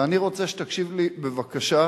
ואני רוצה שתקשיב לי בבקשה,